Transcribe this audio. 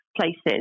places